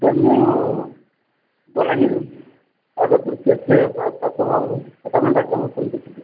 sir ମୁଁ ବଲାଙ୍ଗୀର୍ ଗ୍ରାମରୁ phone କରିଥିଲି